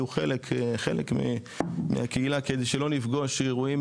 יהיו חלק מהקהילה כדי שלא נפגוש אירועים